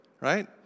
right